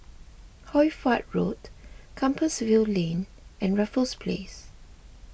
Hoy Fatt Road Compassvale Lane and Raffles Place